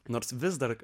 nors vis dar